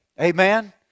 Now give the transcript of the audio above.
Amen